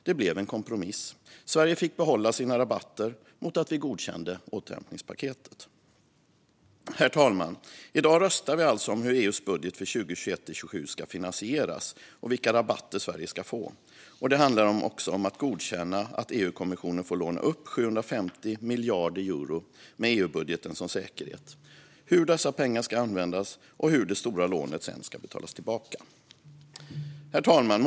Det blev en kompromiss; Sverige fick behålla sina rabatter mot att vi godkände återhämtningspaketet. Herr talman! I dag röstar vi alltså om hur EU:s budget för 2021-2027 ska finansieras och vilka rabatter Sverige ska få. Det handlar också om att godkänna att EU-kommissionen får låna upp 750 miljarder euro med EU-budgeten som säkerhet, hur dessa pengar ska användas och hur det stora lånet ska betalas tillbaka. Herr talman!